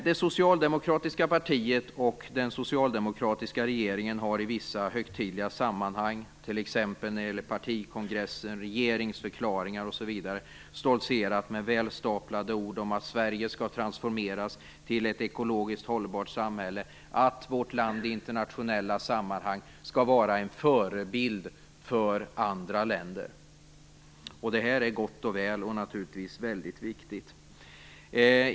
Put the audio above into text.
Det socialdemokratiska partiet och den socialdemokratiska regeringen har i vissa högtidliga sammanhang - t.ex. vid partikongressen, regeringsförklaringar, osv. - stoltserat med välstaplade ord om att Sverige skall transformeras till ett ekologiskt hållbart samhälle och att vårt land i internationella sammanhang skall vara en förebild för andra länder. Det är gott och väl, och naturligtvis väldigt viktigt.